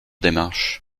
démarche